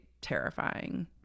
terrifying